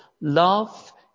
Love